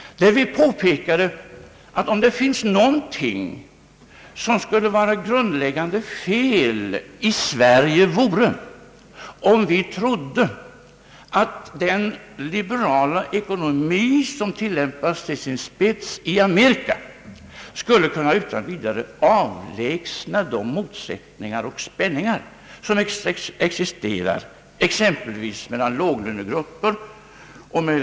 Vi påpekade att om det funnes någonting som kunde anses vara ett grundläggande fel i svensk politik så vore det om vi trodde att den liberala ekonomi som tillämpas till det yttersta i Amerika skulle kunna avlägsna de motsättningar och spänningar som existerar exempelvis mellan låglönegrupper och rika.